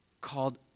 called